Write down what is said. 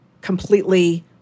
completely